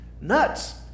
nuts